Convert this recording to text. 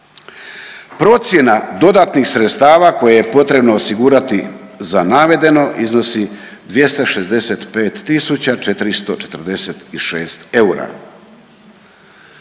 Procjena dodatnih sredstava koje je potrebno osigurati za navedeno iznosi 265 tisuća